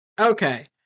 Okay